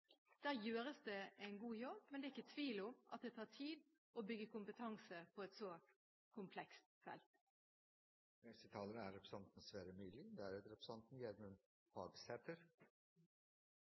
Der gjøres det en god jobb, men det er ikke tvil om at det tar tid å bygge kompetanse på et så komplekst felt. Veteraner fra utenlandsoperasjoner er